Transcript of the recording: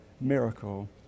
miracle